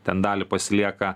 ten dalį pasilieka